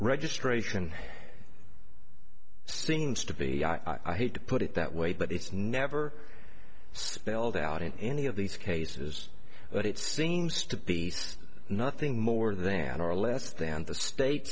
registration seems to be i hate to put it that way but it's never spelled out in any of these cases but it seems to be nothing more than or less than the state